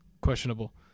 Questionable